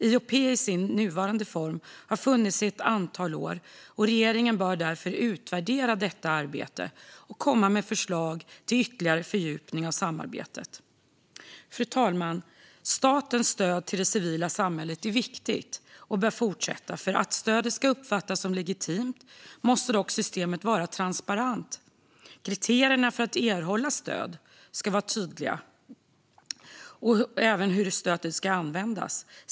IOP i sin nuvarande form har funnits i ett antal år, och regeringen bör därför utvärdera detta arbete och komma med förslag till ytterligare fördjupning av samarbetet. Fru talman! Statens stöd till det civila samhället är viktigt och bör fortsätta. För att stödet ska uppfattas som legitimt måste dock systemet vara transparent. Kriterierna för att erhålla stöd och hur det ska användas ska vara tydliga.